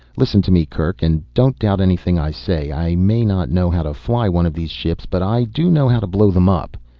listen to me, kerk and don't doubt anything i say. i may not know how to fly one of these ships, but i do know how to blow them up.